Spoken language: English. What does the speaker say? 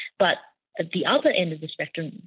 but at the other end of the spectrum,